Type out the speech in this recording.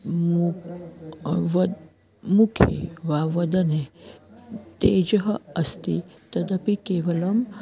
मु वद् मुखे वा वदने तेजः अस्ति तदपि केवलं